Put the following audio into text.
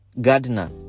gardener